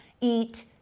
Eat